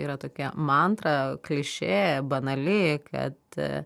yra tokia mantra klišė banali kad